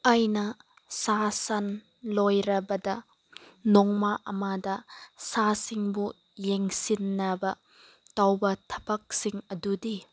ꯑꯩꯅ ꯁꯥ ꯁꯟ ꯂꯣꯏꯔꯕꯗ ꯅꯣꯡꯃ ꯑꯃꯗ ꯁꯥꯁꯤꯡꯕꯨ ꯌꯦꯡꯁꯤꯟꯅꯕ ꯇꯧꯕ ꯊꯕꯛꯁꯤꯡ ꯑꯗꯨꯗꯤ